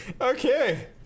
okay